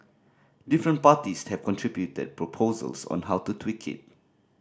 different parties have contributed proposals on how to tweak it